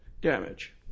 damage